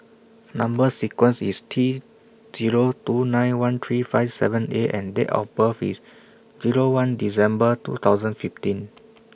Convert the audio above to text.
Number sequence IS T Zero two nine one three five seven A and Date of birth IS Zero one December two thousand fifteen